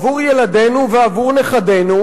עבור ילדינו ועבור נכדינו,